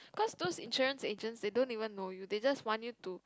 cause those insurance agent they don't even know you they just want you to